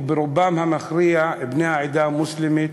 ורובם המכריע בני העדה המוסלמית,